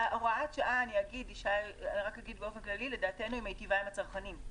הוראת השעה מיטיבה עם הצרכנים.